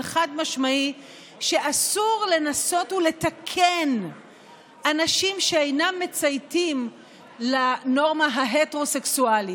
חד-משמעי שאסור לנסות לתקן אנשים שאינם מצייתים לנורמה ההטרוסקסואלית.